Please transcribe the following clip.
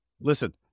Listen